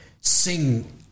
sing